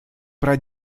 про